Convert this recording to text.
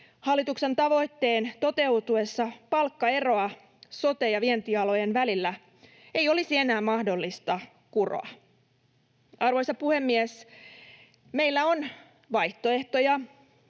Hallituksen tavoitteen toteutuessa palkkaeroa sote- ja vientialojen välillä ei olisi enää mahdollista kuroa. Arvoisa puhemies! Meillä on vaihtoehtoja.